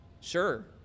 Sure